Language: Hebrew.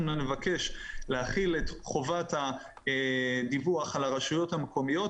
אנחנו נבקש להחיל את חובת הדיווח על הרשויות המקומיות,